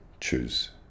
choose